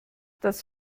das